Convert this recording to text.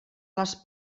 les